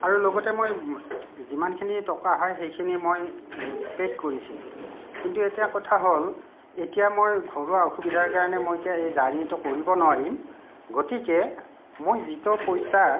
আৰু লগতে মই যিমানখিনি টকা হয় সেইখিনি মই পেইড কৰিছিলোঁ কিন্তু এতিয়া কথা হ'ল এতিয়া মই ঘৰুৱা অসুবিধাৰ কাৰণে মই এতিয়া এই জাৰ্ণিটো কৰিব নোৱাৰিম গতিকে মই যিটো পইচা